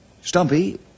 Stumpy